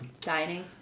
Dining